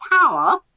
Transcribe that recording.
power